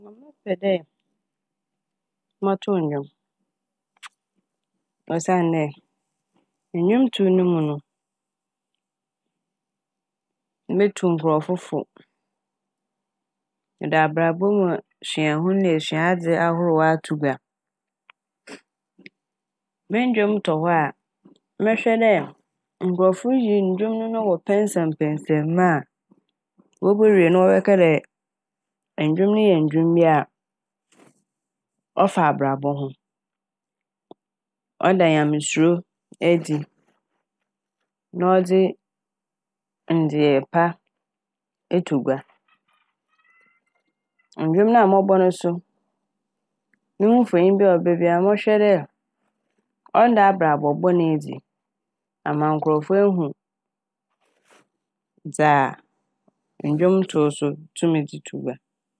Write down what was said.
Mɛpɛ dɛ mɔtow ndwom osiandɛ ndwomtow no mu no metu nkorɔfo fo. Mede abrabɔ mu suahun na esuadze ahorow ato gua. Me ndwom tɔ hɔ a mɛhwɛ dɛ nkorɔfo yi ndwom no na wɔpɛnsɛpɛnsɛ mu a wobowie no wɔbɛka dɛ ndwom no yɛ ndwom bi a ɔfa abrabɔ ho, ɔda Nyamesuro edzi na ɔdze ndzeyɛɛ pa ɛto gua. Ndwom no a mɔbɔ no so no ho mfonyin a ɔbɛba bia a mɔhwɛ dɛ ɔnnda a abrabɔ bɔn edzi ama nkorɔfo ehu dza ndwomtow so tum dze to gua.